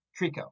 Trico